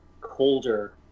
colder